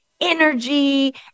energy